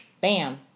bam